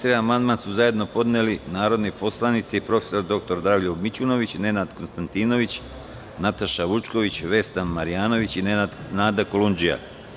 Na član 91. amandman su zajedno podneli narodni poslanici prof. dr Dragoljub Mićunović, Nenad Konstantinović, Nataša Vučković, Vesna Marjanović i Nada Kolundžija.